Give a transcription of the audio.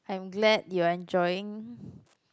I'm glad you're enjoying